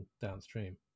downstream